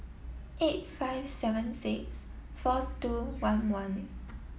eight five seven six four two one one